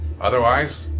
Otherwise